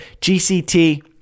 GCT